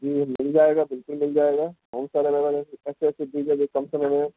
جی مل جائے گا بالکل مل جائے گا بہت سارے الیول ہے ایسے ایسے بیج ہے جو کم سمے میں